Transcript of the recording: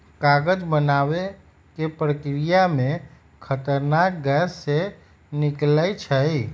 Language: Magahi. कागज बनाबे के प्रक्रिया में खतरनाक गैसें से निकलै छै